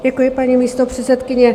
Děkuji, paní místopředsedkyně.